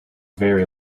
very